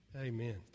Amen